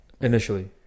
Initially